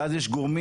ואז יש גורמים,